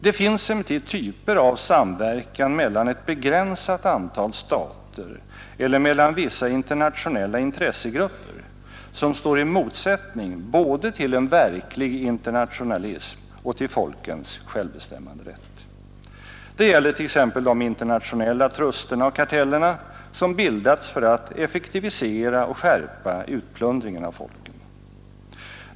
Det finns emellertid typer av samverkan mellan ett begränsat antal stater eller mellan vissa internationella intressegrupper som står i motsättning både till en verklig internationalism och till folkens självbestämmanderätt. Det gäller t.ex. de internationella trusterna och kartellerna, som bildats för att effektivisera och skärpa utplundringen av folken.